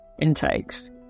intakes